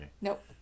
Nope